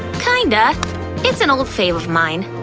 kind of it's an old fave of mine.